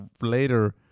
later